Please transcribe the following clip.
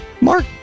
Mark